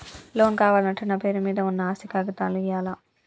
Loan కావాలంటే నా పేరు మీద ఉన్న ఆస్తి కాగితాలు ఇయ్యాలా?